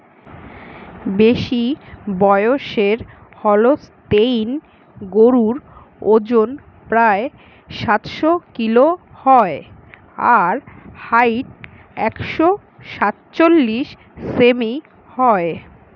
বেশিবয়সের Holstein গরুর অজন প্রায় সাতশ কিলো হয় আর হাইট একশ সাতচল্লিশ সেমি হয়